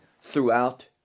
throughout